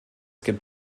gibt